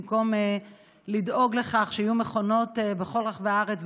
במקום לדאוג לכך שיהיו מכונות בכל רחבי הארץ,